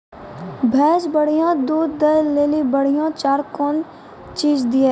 भैंस बढ़िया दूध दऽ ले ली बढ़िया चार कौन चीज दिए?